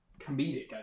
comedic